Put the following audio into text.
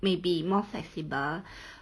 may be more flexible